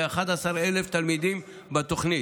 כ-11,000 תלמידים בתוכנית.